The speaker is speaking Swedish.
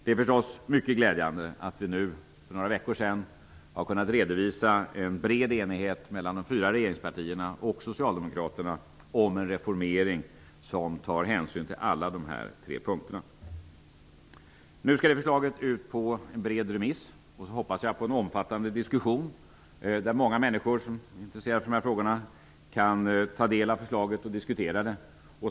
Det är förstås mycket glädjande att vi för några veckor sedan har kunnat redovisa en bred enighet mellan de fyra regeringspartierna och Socialdemokraterna om en reformering som tar hänsyn till alla de här tre punkterna. Nu skall förslaget ut på en bred remiss. Sedan hoppas jag på en omfattande diskussion där många människor som är intresserade av dessa frågor kan ta del av förslaget och diskutera det.